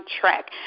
track